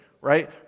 right